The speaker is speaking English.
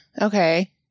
okay